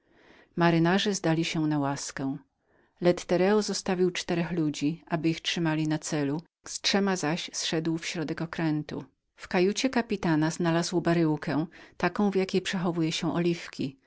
majtkowie zdali się na łaskę lettereo zostawił czterech ludzi aby ich trzymali na celu z trzema zaś zszedł w środek okrętu w kajucie kapitana znalazł baryłkę taką jakiej używają do oliwy